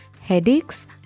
headaches